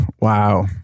Wow